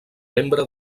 membre